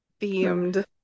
themed